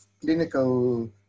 clinical